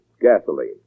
gasoline